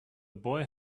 boy